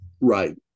Right